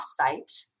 offsite